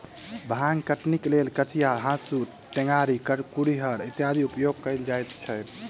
भांग कटनीक लेल कचिया, हाँसू, टेंगारी, कुरिहर इत्यादिक उपयोग कयल जाइत छै